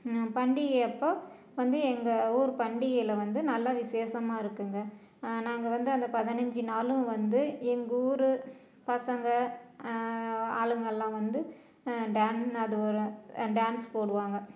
பண்டிகை அப்போ வந்து எங்கள் ஊர் பண்டிகையில் வந்து நல்லா விசேஷமாக இருக்குங்க நாங்கள் வந்து அந்த பதினஞ்சு நாளும் வந்து எங்கள் ஊர் பசங்க ஆளுங்க எல்லாம் வந்து டான் அது ஒரு டான்ஸ் போடுவாங்க